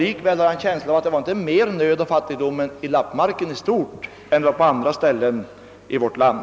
Likväl har jag en känsla av att det inte fanns mera av nöd och fattigdom i lappmarken i stort sett än på andra håll i vårt land.